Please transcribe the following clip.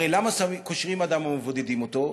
הרי למה קושרים אדם ומבודדים אותו?